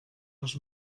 les